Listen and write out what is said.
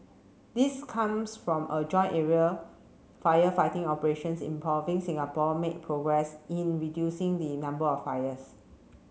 this comes from a join aerial firefighting operations involving Singapore made progress in reducing the number of fires